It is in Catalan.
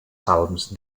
salms